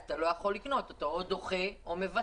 אז אתה לא יכול לקנות ואז אתה או דוחה או מוותר.